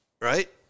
Right